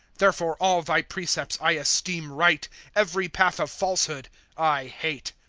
therefore all thy precepts i esteem right every path of falsehood i hate.